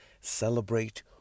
Celebrate